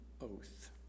oath